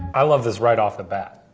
i love this right off the bat.